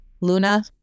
Luna